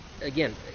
again